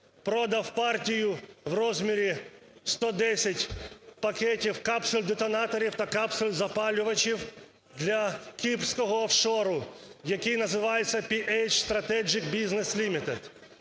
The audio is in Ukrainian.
продав партію в розмірі 110 пакетів капсуль-детонаторів та капсуль-запалювачів для кіпрського офшору, який називається PH Strategic Business Limited.